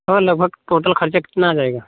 हाँ लगभग टोटल खर्चा कितना आ जाएगा